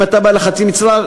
אם אתה בא לחצי משרה,